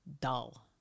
dull